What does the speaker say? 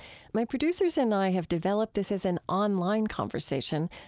my producers and i have developed this as an online conversation,